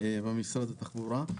במשרד התחבורה.